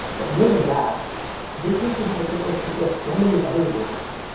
but more than that this major has equipped us to fill so many other roles.